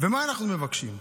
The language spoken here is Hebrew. ומה אנחנו מבקשים?